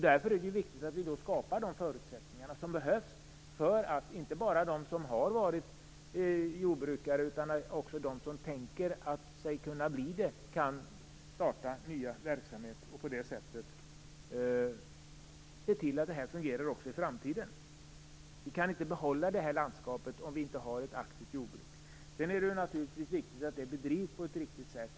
Därför är det viktigt att vi skapar de förutsättningar som krävs för att inte bara de som har varit jordbrukare utan även de som kan tänka sig att bli det kan starta nya verksamheter och på så sätt se till att det fungerar även i framtiden. Vi kan inte behålla det här landskapet om vi inte har ett aktivt jordbruk. Sedan är det naturligtvis viktigt att jordbruket bedrivs på ett riktigt sätt.